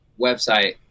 website